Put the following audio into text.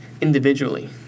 individually